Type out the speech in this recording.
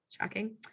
Shocking